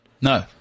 No